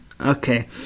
Okay